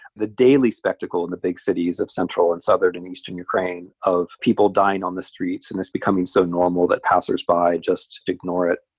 the daily spectacle in the big cities of central and southern and eastern ukraine of people dying on the streets and this becoming so normal that passers by just ignore it,